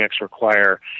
require